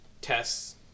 tests